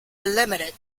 limited